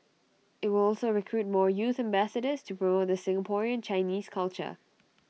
IT will also recruit more youth ambassadors to promote the Singaporean Chinese culture